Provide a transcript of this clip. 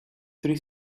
three